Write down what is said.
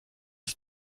ist